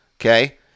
Okay